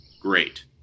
great